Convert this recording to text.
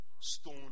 stone